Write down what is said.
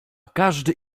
każdy